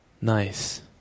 Nice